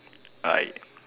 I